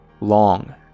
long